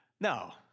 No